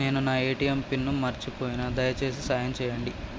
నేను నా ATM pin మర్చిపోయిన, దయచేసి సాయం చేయండి